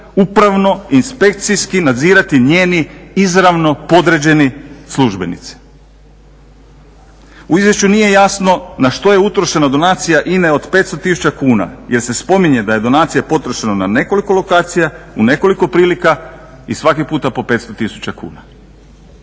upravno, inspekcijski nadzirati njeni izravno podređeni službenici. U izvješću nije jasno na što je utrošena donacija INA-e od 500 000 kuna jer se spominje da je donacija potrošena na nekoliko lokacija, u nekoliko prilika i svaki puta po 500 000 kuna.